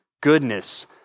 goodness